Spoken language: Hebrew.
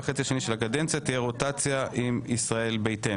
בחלק השני של הקדנציה תהיה רוטציה עם ישראל ביתנו.